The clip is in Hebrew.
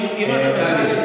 אני מסבירה לך שוב,